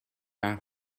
our